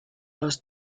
los